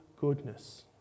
goodness